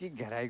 get